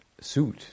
suit